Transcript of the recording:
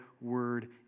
word